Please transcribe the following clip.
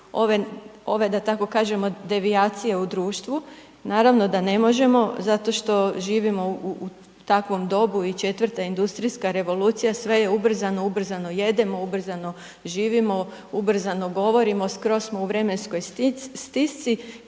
ove, da tako kažem, devijacije u društvu. Naravno da ne možemo, zato što živimo u takvom dobu i 4. industrijska revolucija sve je ubrzano, ubrzano jedemo, ubrzano živimo, ubrzano govorimo, skroz smo u vremenskoj stisci,